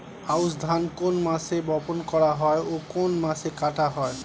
আউস ধান কোন মাসে বপন করা হয় ও কোন মাসে কাটা হয়?